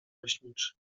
leśniczy